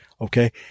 Okay